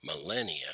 millennia